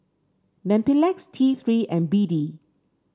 Mepilex T Three and B D